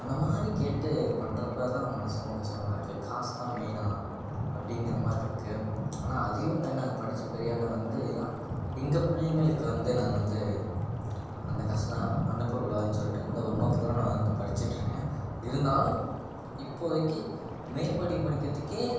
அந்த மாதிரி கேட்டுப் பண்ணுறப்ப தான் மனசு ரொம்ப கஷ்டமாக இருக்குது காசுதான் மெயினா அப்படிங்கிற மாதிரி இருக்குது ஆனால் அதையும் தாண்டி நாங்கள் படித்து பெரியாளாக வந்துதான் எங்கள் பிள்ளைகளுக்கு வந்து நாங்கள் வந்து அந்த கஷ்டலாம் அனுப்பக்கூடாதுன்னு சொல்லிட்டு அந்த ஒரு நோக்கத்தோடு நான் வந்து படிச்சுட்டுருக்கேன் இருந்தாலும் இப்போதைக்கு மேல் படிப்பு படிக்கிறதுக்கே